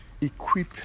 Equip